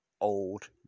old